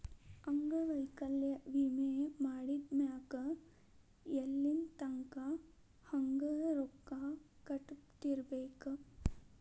ಅಂಗವೈಕಲ್ಯ ವಿಮೆ ಮಾಡಿದ್ಮ್ಯಾಕ್ ಎಲ್ಲಿತಂಕಾ ಹಂಗ ರೊಕ್ಕಾ ಕಟ್ಕೊತಿರ್ಬೇಕ್?